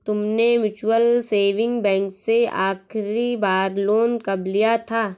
तुमने mutual saving bank से आखरी बार लोन कब लिया था?